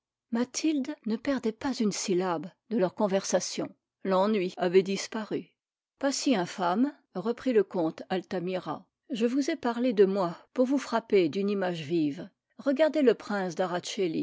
mathilde ne perdait pas une syllabe de leur conversation l'ennui avait disparu pas si infâmes reprit le comte altamira je vous ai parlé de moi pour vous frapper d'une image vive regardez le prince